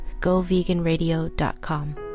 GoVeganRadio.com